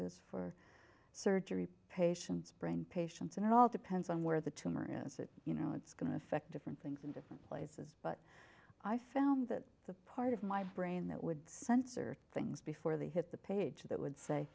is for surgery patients brain patients and it all depends on where the tumor is it you know it's going to affect different things in different places but i found that the part of my brain that would censor things before they hit the page that would say